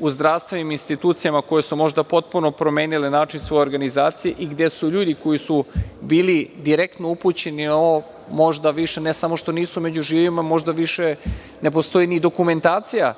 u zdravstvenim institucijama koje su možda potpuno promenile način svoje organizacije i gde su ljudi koji su bili direktno upućeni na ovo možda više ne samo što nisu među živima, možda više ne postoji ni dokumentacija